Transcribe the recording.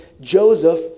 Joseph